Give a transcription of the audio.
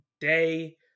day